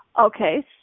Okay